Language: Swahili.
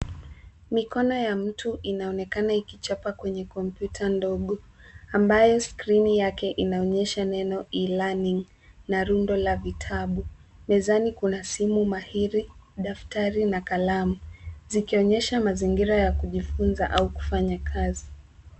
Mikono ya mtu inaonekana ikichapa kwenye kompyuta ndogo ambayo skrini yake inaonyesha neno, e-learning na rundo la vitabu. Mezani kuna simu mahiri, daftari na kalamu zikionyesha mazingira ya kujifunza au kufanya kazi.